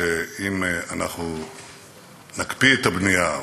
שאם אנחנו נקפיא את הבנייה,